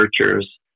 researchers